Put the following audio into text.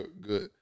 good